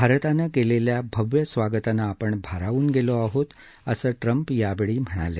भारतानं केलेल्या भव्य स्वागतानं आपण भारावून गेलो आहोत असं ट्रम्प यावेळी म्हणाले